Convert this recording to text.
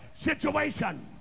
situation